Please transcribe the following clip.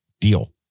deal